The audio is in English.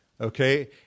okay